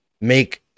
make